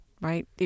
right